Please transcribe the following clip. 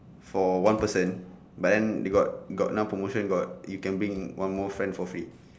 for one person but then they got got another promotion got you can bring one more friend for free